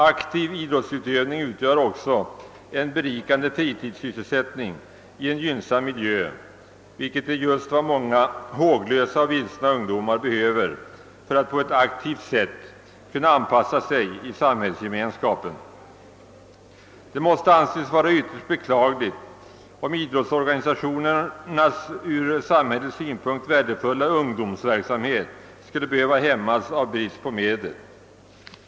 Aktiv idrottsutövning utgör också en berikande fritidssysselsättning i en gynnsam miljö, vilket är vad många håglösa och vilsna ungdomar behöver för att på ett aktivt sätt kunna anpassa sig i samhället. Det måste anses ytterst beklagligt om idrottsorganisationernas ur samhällets synpunkt så värdefulla ungdomsverksamhet skulle hämmas av brist på medel.